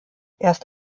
erst